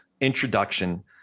introduction